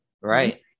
Right